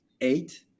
eight